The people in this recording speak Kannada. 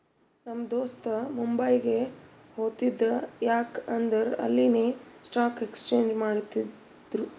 ನಮ್ ದೋಸ್ತ ಮುಂಬೈಗ್ ಹೊತ್ತಿದ ಯಾಕ್ ಅಂದುರ್ ಅಲ್ಲಿನೆ ಸ್ಟಾಕ್ ಎಕ್ಸ್ಚೇಂಜ್ ಮಾಡ್ತಿರು